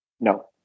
No